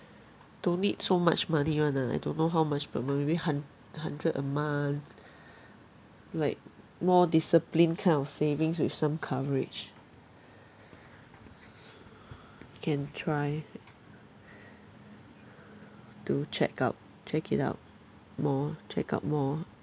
don't need so much money [one] ah I don't know how much per month maybe hun~ hundred a month like more disciplined kind of savings with some coverage can try to check out check it out more check out more